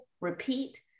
repeat